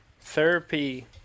therapy